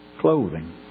clothing